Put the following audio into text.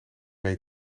mee